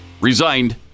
resigned